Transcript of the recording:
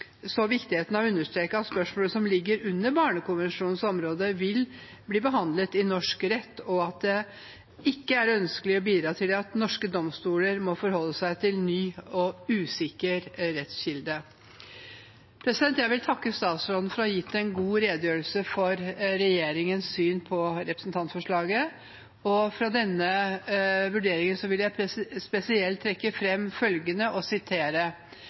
viktigheten av å understreke at spørsmål som ligger under barnekonvensjonens område, vil bli behandlet i norsk rett, og at det ikke er ønskelig å bidra til at norske domstoler må forholde seg til en ny og usikker rettskilde. Jeg vil takke utenriksministeren for å ha gitt en god redegjørelse for regjeringens syn på representantforslaget. Fra denne vurderingen vil jeg spesielt trekke fram følgende og sitere: